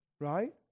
Right